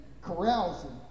carousing